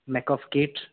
makeup kit